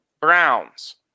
Browns